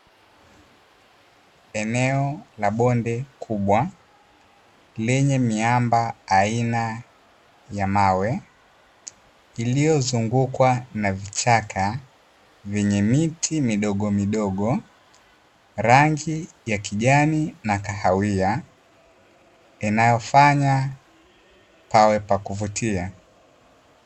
Eneo la bonde kubwa lenye miamba aina ya mawe, iliyozungukwa na vichaka vyenye miti midogomidogo, rangi ya kijani na kahawia, inayofanya pawe pa kuvutia.